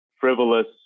frivolous